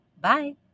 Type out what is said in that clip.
Bye